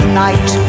night